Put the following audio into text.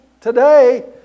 today